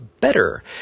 better